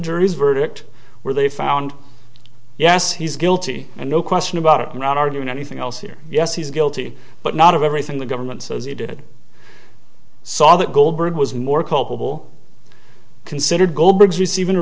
jury's verdict where they found yes he's guilty and no question about it i'm not arguing anything else here yes he's guilty but not of everything the government says he did saw that goldberg was more culpable considered goldberg's receiving a